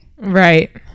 right